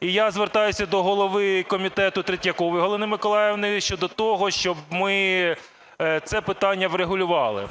І я звертаюся до голови комітету Третьякової Галини Миколаївни щодо того, щоб ми це питання врегулювали.